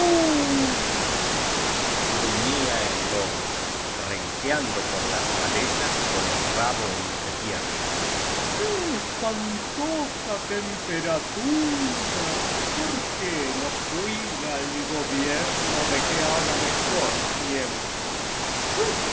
gruñía el lobo renqueando por las malezas con el rabo entre piernas qué espantosa temperatura por qué no cuida el gobierno de que haga mejor tiempo